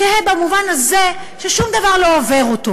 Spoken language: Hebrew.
קהה במובן הזה ששום דבר לא עובר אותו.